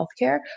healthcare